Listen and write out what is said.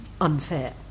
unfair